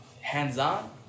hands-on